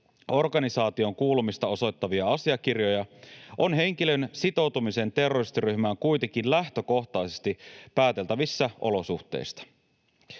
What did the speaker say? organisaatioon kuulumista osoittavia asiakirjoja, on henkilön sitoutuminen terroristiryhmään kuitenkin lähtökohtaisesti pääteltävissä olosuhteista.